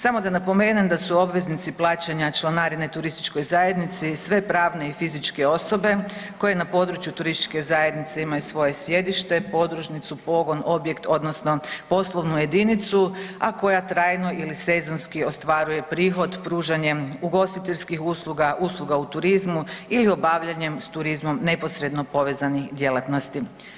Samo da napomenem da su obveznici plaćanja članarine turističkoj zajednici sve pravne i fizičke osobe koje na području turističke zajednice imaju svoje sjedište, podružnicu, pogon, objekt odnosno poslovnu jedinicu, a koja trajno ili sezonski ostvaruje prihod pružanjem ugostiteljskih usluga, usluga u turizmu ili obavljanjem s turizmom neposredno povezanih djelatnosti.